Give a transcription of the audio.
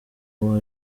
uwo